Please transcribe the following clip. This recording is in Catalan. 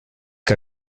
que